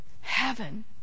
Heaven